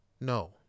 No